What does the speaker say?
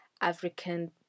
African